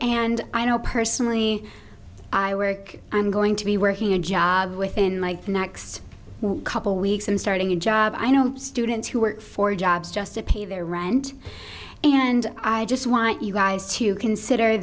you know personally i work i'm going to be working a job within like the next couple weeks i'm starting a job i know students who work for jobs just to pay their rent and i just want you guys to consider